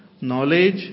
knowledge